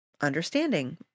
understanding